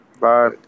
Bye